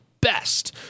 best